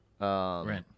Right